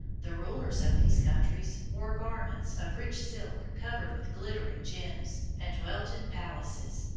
the rulers of these countries wore garments of rich silk covered with glittering gems, and dwelt in palaces,